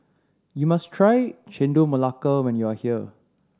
you must try Chendol Melaka when you are here